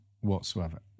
whatsoever